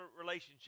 relationship